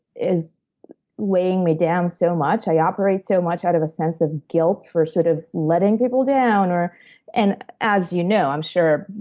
is weighing me down so much. i operate so much out of a sense of guilt for sort of letting people down, and as you know, i'm sure,